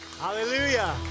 Hallelujah